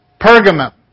Pergamum